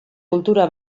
kultura